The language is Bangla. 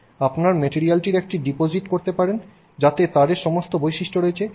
আপনি মেটেরিয়ালটির একটি ডিপোজিট করতে পারেন যাতে তারের সমস্ত বৈশিষ্ট্য রয়েছে